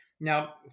Now